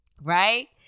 right